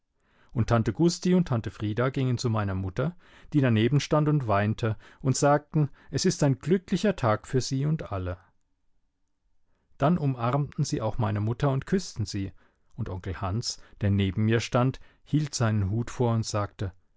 und tante gusti und tante frieda gingen zu meiner mutter die daneben stand und weinte und sagten es ist ein glücklicher tag für sie und alle dann umarmten sie auch meine mutter und küßten sie und onkel hans der neben mir stand hielt seinen hut vor und sagte